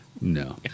No